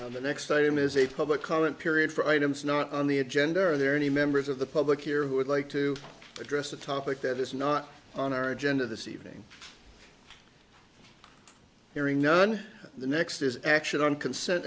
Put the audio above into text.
none the next item is a public comment period for items not on the agenda are there any members of the public here who would like to address a topic that is not on our agenda this evening hearing none the next is action on consent